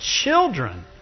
Children